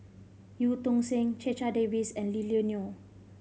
Eu Tong Sen Checha Davies and Lily Neo